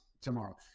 tomorrow